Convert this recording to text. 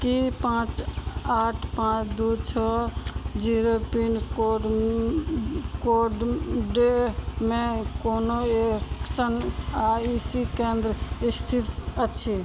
कि पाँच आठ पाँच दुइ छओ जीरो पिन कोड कोडमे कोनो एक्शन आइ सी केन्द्र इस्थित अछि